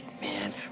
man